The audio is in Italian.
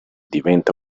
diventa